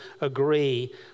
agree